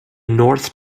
north